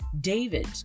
David